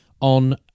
on